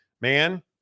man